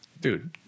Dude